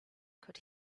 could